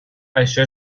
això